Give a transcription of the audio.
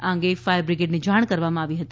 આ અંગે ફાયર બિગ્રેડને જાણ કરવામાં આવી હતી